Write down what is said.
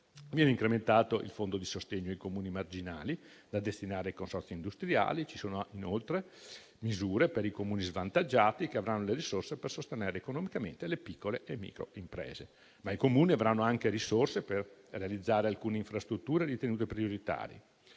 Viene incrementato il Fondo di sostegno ai Comuni marginali da destinare ai consorzi industriali; ci sono, inoltre, misure per i Comuni svantaggiati, che avranno le risorse per sostenere economicamente le piccole e microimprese. I Comuni avranno anche risorse per realizzare alcune infrastrutture ritenute prioritarie.